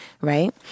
right